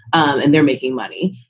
and they're making money.